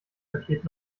paket